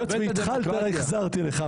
היות שהתחלת החזרתי לך,